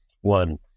One